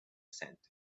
sand